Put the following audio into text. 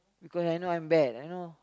because right now I'm bad I know